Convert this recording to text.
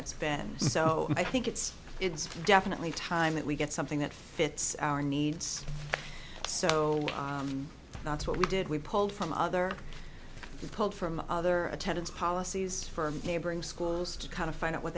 it's been so i think it's it's definitely time that we get something that fits our needs so that's what we did we pulled from other pub from other attendance policies for neighboring schools to kind of find out what